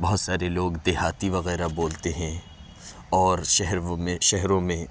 بہت سارے لوگ دیہاتی وغیرہ بولتے ہیں اور شہروں میں شہروں میں